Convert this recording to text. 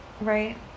Right